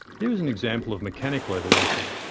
here is an example of mechanical evolution.